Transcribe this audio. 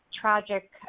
tragic